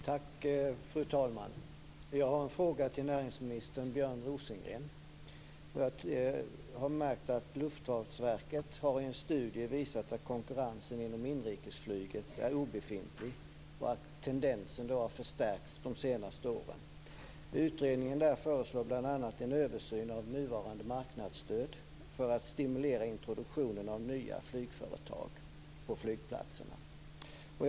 Fru talman! Jag har en fråga till näringsminister Björn Rosengren. Jag har lagt märke till att Luftfartsverket i en studie har visat att konkurrensen inom inrikesflyget är obefintlig och att denna tendens har förstärkts de senaste åren. Utredningen föreslår bl.a. en översyn av nuvarande marknadsstöd för att stimulera introduktionen av nya flygföretag på flygplatserna.